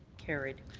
carried.